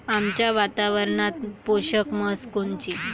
आमच्या वातावरनात पोषक म्हस कोनची?